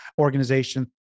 organization